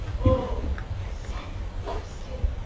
old sack of skin,